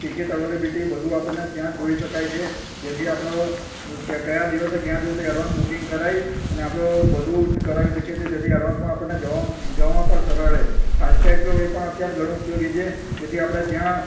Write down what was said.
ticket availability બધુ આપણને ત્યાં જ જોઈ શકાય છે જેથી આપણો કયા દિવસે ક્યાં જવું તે એડવાંસ બૂકિંગ કરાવી અને આપણો બધું જ કરાવી શકીએ છીએ જેથી એડવાન્સમાં આપણને જવામાં પણ સરળ રહે ફાસ્ટટેગ એ પણ અત્યારે ઘણું ઉપયોગી છે જેથી આપણે જ્યાં